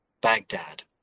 Baghdad